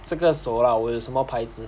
这个手啦我有什么牌子